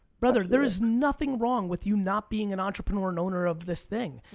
brother there is nothing wrong with you not being an entrepreneur, and owner of this thing.